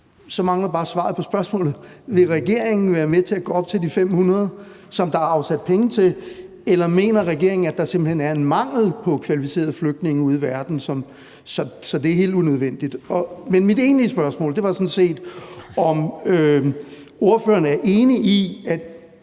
så mangler jeg bare svaret på spørgsmålet: Vil regeringen være med til at gå op til de 500, som der er afsat penge til, eller mener regeringen, at der simpelt hen er en mangel på kvalificerede flygtninge ude i verden, så det er helt unødvendigt? Men mit egentlige spørgsmål var sådan set, om ordføreren er enig i, at